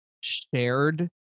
shared